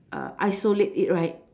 uh isolate it right